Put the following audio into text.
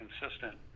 consistent